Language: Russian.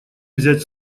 взять